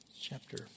chapter